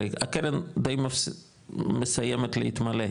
הרי הקרן דיי מסיימת להתמלא,